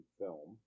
film